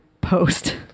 post